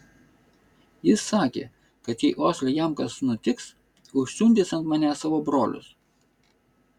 jis sakė kad jei osle jam kas nutiks užsiundys ant manęs savo brolius